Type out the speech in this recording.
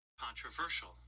Controversial